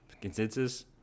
consensus